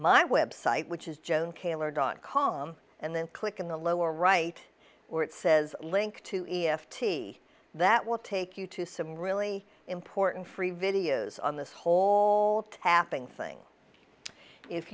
my website which is joan kaylor dot com and then click on the lower right where it says link to e f t that will take you to some really important free videos on this whole tapping thing if